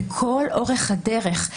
לכל אורך הדרך.